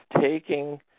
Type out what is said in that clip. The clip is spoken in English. taking